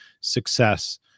success